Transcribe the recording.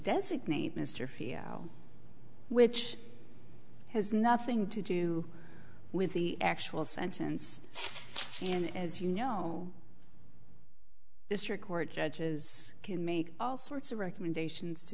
designate mr fia which has nothing to do with the actual sentence and as you know this your court judges can make all sorts of recommendations to